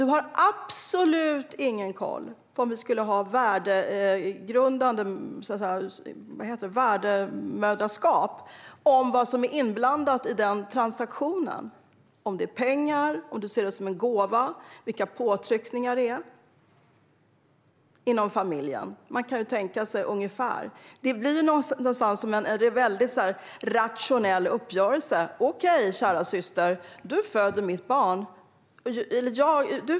Man har vid ett värdmoderskap absolut ingen koll på vad som är inblandat i en sådan transaktion. Det kan handla om pengar, eller man kan se det som en gåva. Det kan också finnas påtryckningar inom familjen. Man kan tänka sig ungefär hur det skulle kunna se ut. Det blir som en väldigt rationell uppgörelse: Okej, kära syster, du föder mitt barn.